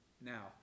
Now